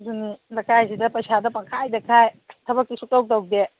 ꯑꯗꯨꯅꯤ ꯂꯩꯀꯥꯏꯁꯤꯗ ꯄꯩꯁꯥꯗ ꯄꯪꯈꯥꯏꯗ ꯈꯥꯏ ꯊꯕꯛꯇꯤ ꯁꯨꯛꯇꯧ ꯇꯧꯗꯦ